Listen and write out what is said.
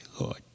Lord